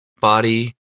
body